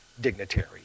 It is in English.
dignitary